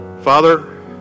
Father